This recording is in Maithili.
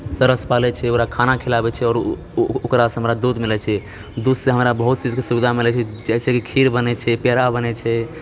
तरह सऽ पालै छियै ओकरा खाना खिलाबै छियै आओर ओ ओकरासँ हमरा दूध मिलैत छै दूधसँ हमरा बहुत चीजकेँ सुविधा मिलैत छै जैसे कि खीर बनैत छै पेड़ा बनैत छै